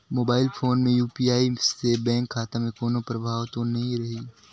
Mobile phone मे UPI से bank खाता मे कोनो प्रभाव तो नइ रही?